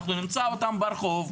אנחנו נמצא אותם ברחוב,